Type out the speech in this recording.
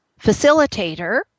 facilitator